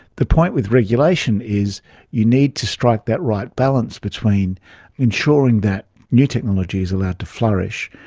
the point with regulation is you need to strike that right balance between ensuring that new technology is allowed to flourish.